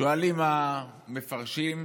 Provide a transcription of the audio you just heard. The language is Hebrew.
שואלים המפרשים: